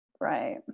Right